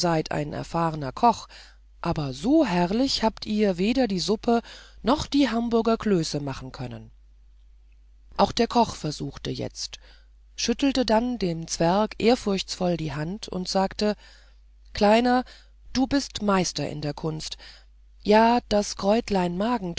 ein erfahrner koch aber so herrlich habt ihr weder die suppe noch die hamburger klöße machen können auch der koch versuchte jetzt schüttelte dann dem zwerg ehrfurchtsvoll die hand und sagte kleiner du bist meister in der kunst ja das kräutlein